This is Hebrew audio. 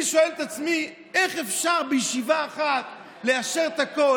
ואני שואל את עצמי: איך אפשר בישיבה אחת לאשר את הכול?